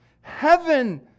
Heaven